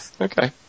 Okay